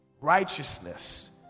righteousness